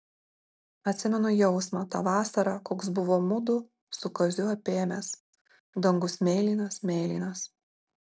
atsimenu jausmą tą vasarą koks buvo mudu su kaziu apėmęs dangus mėlynas mėlynas